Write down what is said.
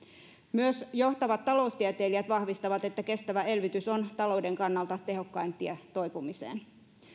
myös johtavat taloustieteilijät vahvistavat että kestävä elvytys on talouden kannalta tehokkain tie toipumiseen